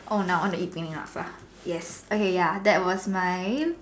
oh now I want to eat Penang Laksa yes okay ya that was mine